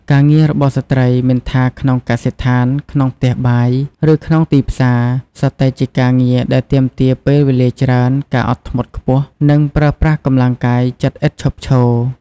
ការងាររបស់ស្ត្រី មិនថាក្នុងកសិដ្ឋាន ក្នុងផ្ទះបាយ ឬក្នុងទីផ្សារ សុទ្ធតែជាការងារដែលទាមទារពេលវេលាច្រើន ការអត់ធ្មត់ខ្ពស់ និងប្រើប្រាស់កម្លាំងកាយចិត្តឥតឈប់ឈរ។